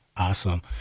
Awesome